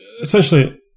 essentially